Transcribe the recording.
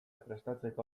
prestatzeko